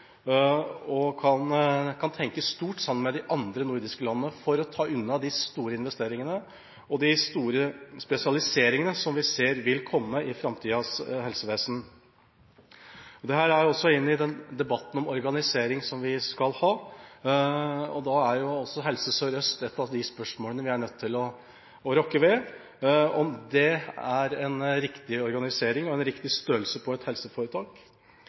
som kan tenke stort sammen med de andre nordiske landene for å ta unna de store investeringene og de store spesialiseringene som vi ser vil komme i framtidas helsevesen. Dette gjelder også i debatten om organisering som vi skal ha, og da er spørsmålet om Helse Sør-Øst er noe av det vi er nødt til å rokke ved – om det er en riktig organisering og en riktig størrelse på et regionalt helseforetak.